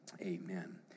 amen